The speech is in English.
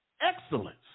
excellence